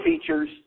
features